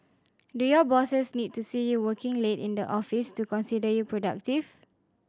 do your bosses need to see you working late in the office to consider you productive